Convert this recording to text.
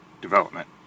development